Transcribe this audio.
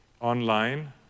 online